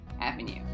Avenue